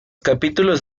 capítulos